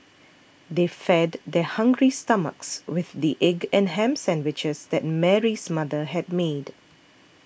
they fed their hungry stomachs with the egg and ham sandwiches that Mary's mother had made